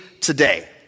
today